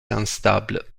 instable